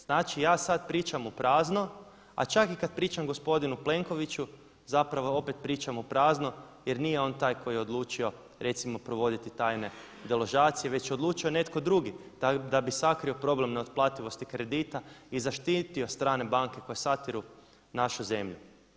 Znači ja sad pričam u praznu a čak i kad pričam gospodinu Plenkoviću zapravo opet pričam u prazno jer nije on taj koji je odlučio recimo provoditi tajne deložacije već je odlučio netko drugi da bi sakrio problem neotplativosti kredita i zaštitio strane banke koje satiru našu zemlju.